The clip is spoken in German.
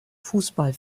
fußball